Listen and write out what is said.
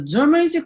Germany